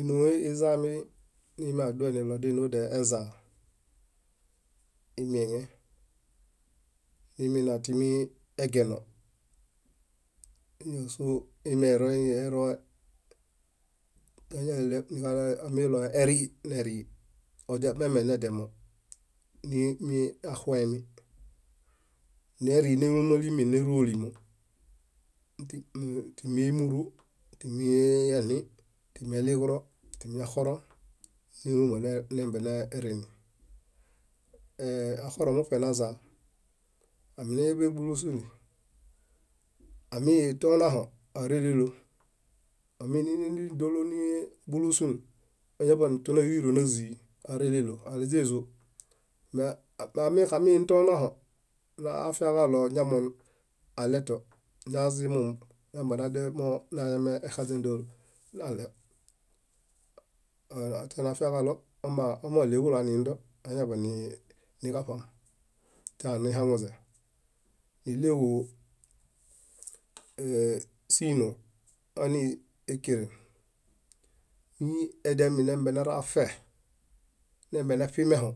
Ínohe izaami iimi adouenilo dénoezaa imieŋe źimina timi egeno ñásoo imeroemi amiɭoe orii nerii odiameme nediamo nimiaxuemi neri nélumali min nérolimo timi émuru timi eɭĩ timi eɭiġiro timi yaxoroŋ néluma némbie nerini yaxoroŋ muṗe nazaa, amiñaḃe ḃulusuni amiinto onaxo oereɭelo. Aminni dólo nibulusuni nañaḃa toniyiro nañaḃanazii oereɭelo aaleźezo amixamiinto onaxo, nafiaġalo zamonoɭeto nazimu nambie naxaźen monañamexazen dólo naɭew tenafiaġaɭo omaɭeġulo aniindo kañaḃaniġaṗam teanixaŋuze. Níɭeġu sínoo, hani ékeren, miediami nembie nerafeh, nembieneṗimeho,